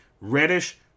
reddish